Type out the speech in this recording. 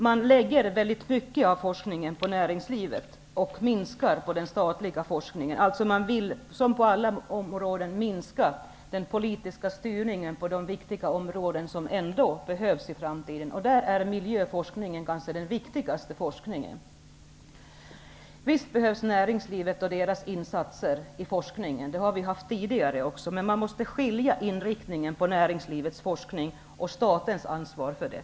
Regeringen lägger mycket av forskningen på näringslivet och minskar den statliga forskningen. Regeringen vill här, som på alla andra områden, minska den politiska styrningen. Det är viktiga områden som behövs i framtiden, och miljöforskningen är där kanske det viktigaste området. Visst behövs näringslivet och deras insatser för forskningen. Det har även funnits tidigare. Men det skiljer i inriktningen på näringslivets forskning och statens ansvar för den.